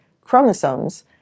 chromosomes